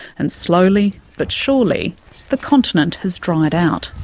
and slowly but surely the continent has dried out.